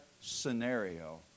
scenario